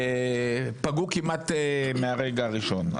פגעו כמעט מהרגע הראשון.